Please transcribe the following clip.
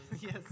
Yes